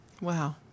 Wow